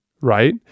right